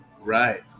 Right